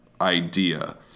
idea